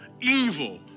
evil